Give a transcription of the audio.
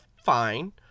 fine